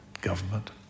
government